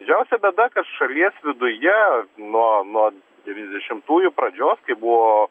didžiausia bėda kad šalies viduje nuo nuo devyniasdešimtųjų pradžios kai buvo